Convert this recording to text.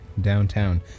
downtown